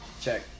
Check